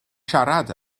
siarad